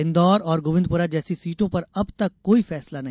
इंदौर और गोविन्दपुरा जैसी सीटों पर अब तक कोई फैसला नहीं